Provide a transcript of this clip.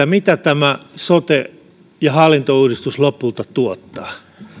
mitä tämä sote ja hallintouudistus lopulta tuottaa